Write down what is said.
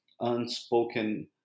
unspoken